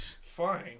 Fine